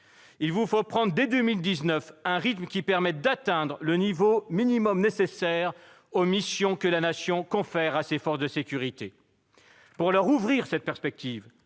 Il vous faut prendre dès 2019 un rythme qui permette d'atteindre le niveau minimum nécessaire aux missions que la Nation confère à ses forces de sécurité. Pour leur ouvrir cette perspective,